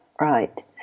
Right